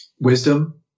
wisdom